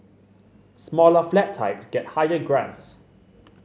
smaller flat types get higher grants